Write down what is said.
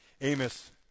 Amos